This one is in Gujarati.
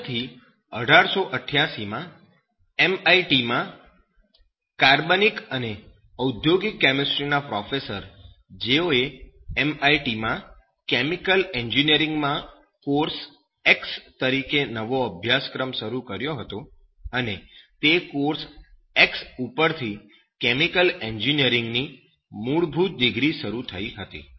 પાછળથી 1888 માં MIT માં કાર્બનિક અને ઔદ્યોગિક કેમિસ્ટ્રીના પ્રોફેસર જેઓએ MIT માં કેમિકલ એન્જિનિયરિંગ માં કોર્સ X તરીકે નવો અભ્યાસક્રમ શરૂ કર્યો હતો અને તે કોર્સ X ઉપરથી કેમિકલ એન્જિનિયરિંગની મૂળભૂત ડિગ્રી શરૂ થઈ હતી